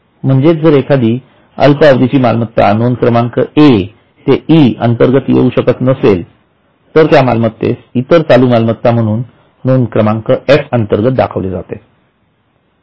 म्हणजेच जर एखादि अल्प अवधीची मालमत्ता नोंद क्रमांक ए ते इ अंतर्गत येऊ शकत नाही तर त्या मालमत्तेस इतर चालू मालमत्ता म्हणून नोंद क्रमांक एफ अंतर्गत दाखविले जाते